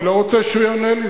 אני לא רוצה שהוא יענה לי,